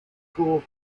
school